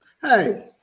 Hey